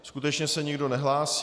Skutečně se nikdo nehlásí.